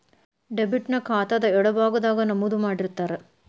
debit ನ ಖಾತಾದ್ ಎಡಭಾಗದಾಗ್ ನಮೂದು ಮಾಡಿರ್ತಾರ